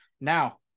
Now